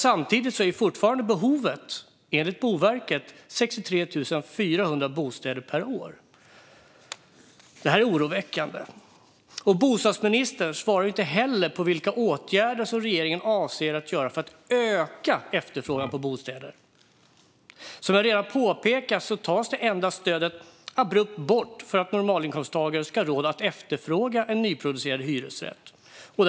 Samtidigt är behovet enligt Boverket fortfarande 63 400 bostäder per år. Detta är oroväckande. Bostadsministern svarar inte heller på frågan vilka åtgärder regeringen avser att vidta för att öka byggandet av bostäder. Som vi redan har påpekat tas det enda stödet för att normalinkomsttagare ska ha råd att efterfråga en nyproducerad hyresrätt abrupt bort.